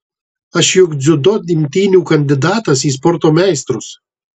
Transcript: aš juk dziudo imtynių kandidatas į sporto meistrus